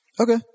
Okay